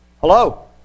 Hello